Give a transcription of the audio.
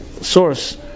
source